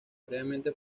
previamente